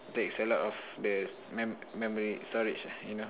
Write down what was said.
takes a lot of the me~ memory storage ah you know